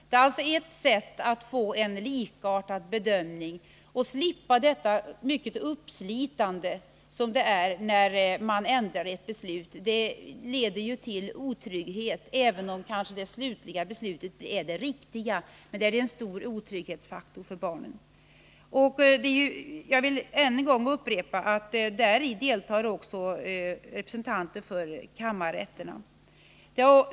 Det är ett sätt som vi kan använda oss av för att få en likartad bedömning och slippa den mycket uppslitande situation som det är fråga om när ett beslut ändras. Även om det slutliga beslutet kanske är det riktiga, är det en stor otrygghetsfaktor för barnen. Jag vill än en gång upprepa att i dessa kontaktkonferenser också deltar representanter för kammarrätterna.